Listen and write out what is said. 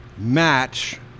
match